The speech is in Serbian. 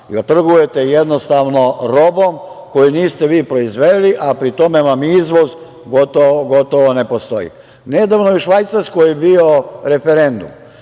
jer trgujete jednostavno robom koju niste vi proizveli, a pri tome vam izvoz gotovo ne postoji. Nedavno je u Švajcarskoj bio referendum.